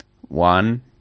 one